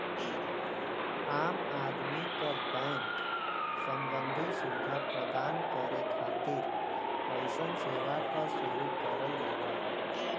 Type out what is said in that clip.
आम आदमी क बैंक सम्बन्धी सुविधा प्रदान करे खातिर अइसन सेवा क शुरू करल जाला